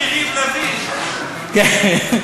כן.